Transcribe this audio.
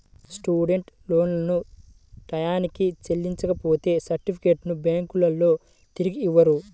student లోన్లను టైయ్యానికి చెల్లించపోతే సర్టిఫికెట్లను బ్యాంకులోల్లు తిరిగియ్యరు